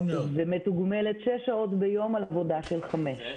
היא מתוגמלת שש שעות ביום על עבודה של חמש שעות.